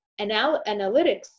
analytics